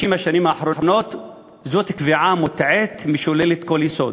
השנים האחרונות היא קביעה מוטעית ומשוללת כל יסוד.